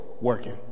working